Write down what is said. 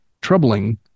troubling